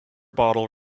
bottle